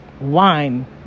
wine